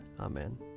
Amen